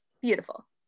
beautiful